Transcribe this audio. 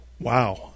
Wow